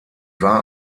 war